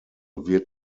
wird